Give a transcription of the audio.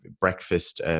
breakfast